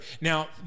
Now